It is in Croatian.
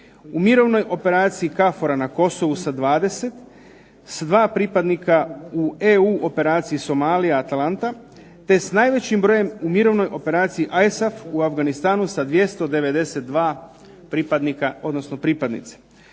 mirovnoj operaciji KFOR-a na Kosovu sa 20, s 2 pripadnika u EU operaciji Somalija Atalanta te s najvećim brojem u mirovnoj operaciji ISAF u Afganistanu sa 292 pripadnika